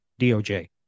DOJ